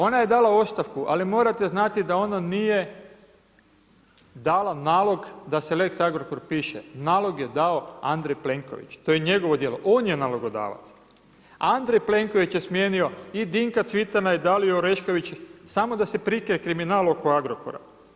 Ona je dala ostavku, ali morate znati da ona nije dala nalog da se lex Agrokor piše, nalog je dao Andrej Plenković, to je njegovo djelo, on je nalogodavca, Andrej Plenković je smijenio i Dinka Cvitana i Daliju Orešković samo da se prikrije kriminal oko Agrokora.